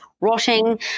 rotting